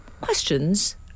questions